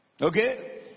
Okay